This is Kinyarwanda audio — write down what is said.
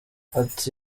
ati